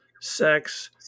sex